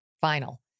final